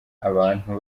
abantu